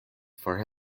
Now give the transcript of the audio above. for